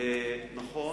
נכון.